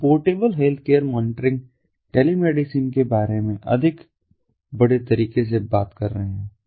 हम portable healthcare monitoring telemedicine के बारे में अधिक बड़े तरीके से बात कर रहे हैं